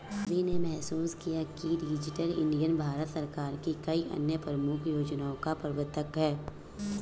सभी ने महसूस किया है कि डिजिटल इंडिया भारत सरकार की कई अन्य प्रमुख योजनाओं का प्रवर्तक है